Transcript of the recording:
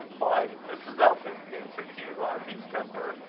why, mrs. elton, answered hugh on whose temper,